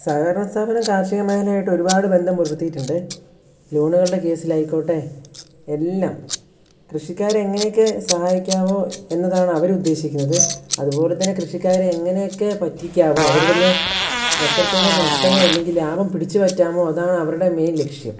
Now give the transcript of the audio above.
സഹകരണ സ്ഥാപനം കാർഷിക മേഖലയായിട്ട് ഒരുപാട് ബന്ധം പുലര്ത്തിയിട്ടുണ്ട് ലോണുകളുടെ കേസിലായിക്കോട്ടെ എല്ലാം കൃഷിക്കാരെ എങ്ങനെയൊക്കെ സഹായിക്കാമോ എന്നതാണ് അവരുദ്ദേശിക്കുന്നത് അതുപോലെതന്നെ കൃഷിക്കാരെ എങ്ങനെയൊക്കെ പറ്റിക്കാമോ അവരുടെ അടുത്തുനിന്ന് എത്രത്തോളം നഷ്ടമോ ഇല്ലെങ്കിൽ ലാഭം പിടിച്ചുപറ്റാമോ അതാണ് അവരുടെ മെയിൻ ലക്ഷ്യം